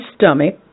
stomach